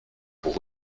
pour